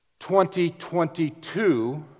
2022